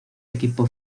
equipo